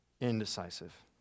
indecisive